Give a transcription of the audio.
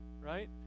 right